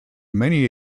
many